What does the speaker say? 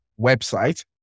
website